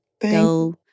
Go